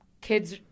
kids